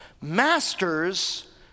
Masters